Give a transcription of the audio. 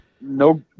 No